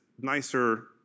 nicer